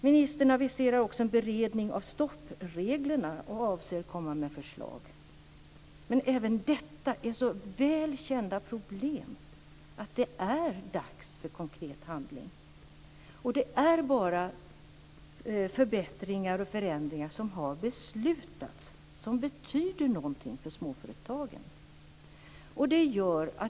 Ministern aviserar också en beredning av stoppreglerna och avser att komma med förslag. Men även detta är så väl kända problem att det är dags för konkret handling. Det är bara beslutade förbättringar och förändringar som betyder någonting för småföretagen.